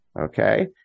Okay